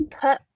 put